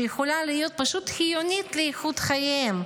שיכולה להיות פשוט חיונית לאיכות חייהם,